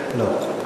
לא.